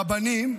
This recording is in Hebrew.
רבנים,